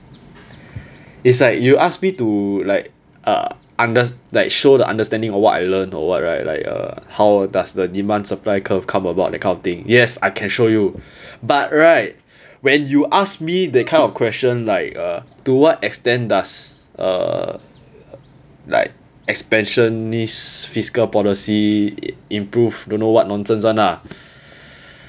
it's like you asked me to like uh under like show the understanding of what I learned or what right like uh how does the demand supply curve come about that kind of thing yes I can show you but right when you ask me that kind of question like uh to what extent does uh like expansionist fiscal policy improved don't know what nonsense one lah